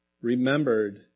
remembered